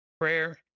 Prayer